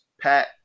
Pat